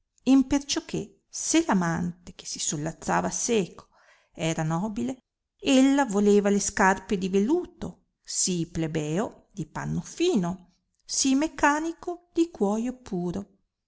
piacere imperciò che se l amante che si sollazzava seco era nobile ella voleva le scarpe di veluto si plebeo di panno fino si mecanico di cuoio puro